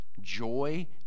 joy